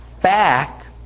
Back